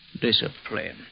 Discipline